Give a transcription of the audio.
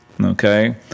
Okay